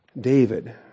David